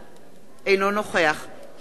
אינו נוכח שלמה מולה,